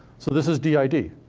so this is did.